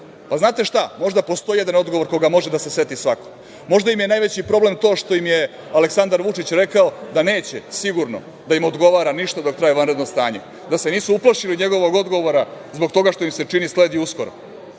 Pa, znate šta? Možda postoji jedan odgovor koga može da se seti svako. Možda im je najveći problem to što im je Aleksandar Vučić rekao da neće sigurno da im odgovara ništa dok traje vanredno stanje. Da se nisu uplašili njegovog odgovora zbog toga što, im se čini, sledi uskoro?